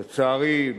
לצערי,